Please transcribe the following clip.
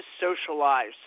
socialize